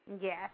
Yes